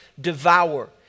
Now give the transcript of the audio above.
devour